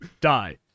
die